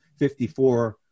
54